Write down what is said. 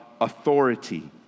authority